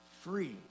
free